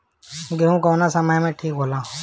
गेहू कौना समय मे ठिक होला?